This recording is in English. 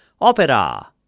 Opera